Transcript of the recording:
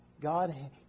God